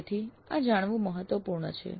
તેથી આ જાણવું મહત્વપૂર્ણ છે